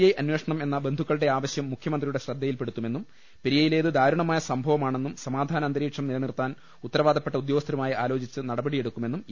I അന്വേഷണം എന്ന ബന്ധുക്കളുടെ ആവശ്യം മുഖ്യമന്ത്രിയുടെ ശ്രദ്ധയിൽപ്പെടുത്തുമെന്നും പെരി യയിലേത് ദാരുണമായ സംഭവമാണെന്നും സമാധാന അന്തരീക്ഷം നിലനിർത്താൻ ഉത്തരവാദപ്പെട്ട ഉദ്യോഗസ്ഥരുമായി ആലോചിച്ച് നടപടിയെടുക്കുമെന്നും ഇ